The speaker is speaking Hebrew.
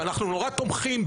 שאנחנו נורא תומכים,